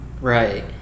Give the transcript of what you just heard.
Right